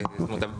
זאת אומרת,